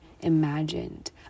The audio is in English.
imagined